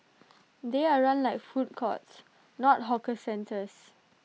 they are run like food courts not hawker centres